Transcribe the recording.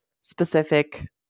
specific